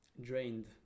drained